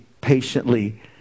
patiently